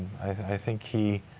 i think he